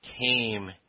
came